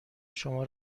شما